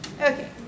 Okay